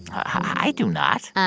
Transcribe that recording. i do not.